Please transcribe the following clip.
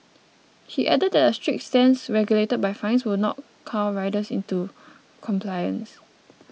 he added that a strict stance regulated by fines will not cow riders into compliance